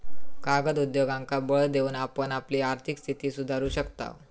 कागद उद्योगांका बळ देऊन आपण आपली आर्थिक स्थिती सुधारू शकताव